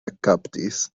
ekkaptis